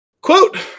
Quote